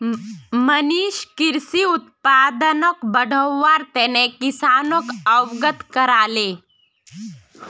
मनीष कृषि उत्पादनक बढ़व्वार तने किसानोक अवगत कराले